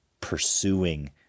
pursuing